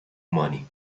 money